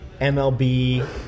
MLB